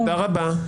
תודה רבה.